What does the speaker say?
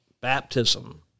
baptism